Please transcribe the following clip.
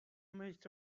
ملک